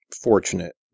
fortunate